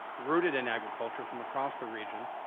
rooted in agriculture from across the region,